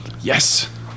Yes